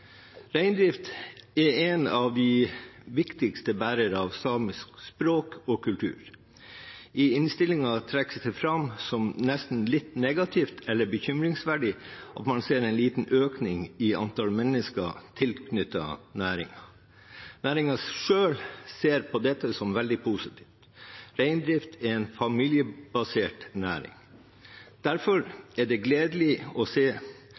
Reindrift er en av de viktigste bærere av samisk språk og kultur. I innstillingen trekkes det fram som nesten litt negativt eller bekymringsverdig at man ser en liten økning i antall mennesker tilknyttet næringen. Næringen selv ser på dette som veldig positivt. Reindrift er en familiebasert næring. Derfor er det gledelig å se